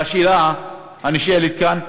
והשאלה הנשאלת כאן: